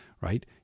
right